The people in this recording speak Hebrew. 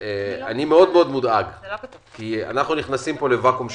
מאוד מאוד מודאג, כי אנחנו נכנסים לוואקום שלטוני,